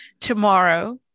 tomorrow